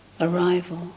arrival